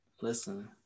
Listen